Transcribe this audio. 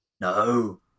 No